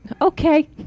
Okay